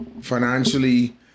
financially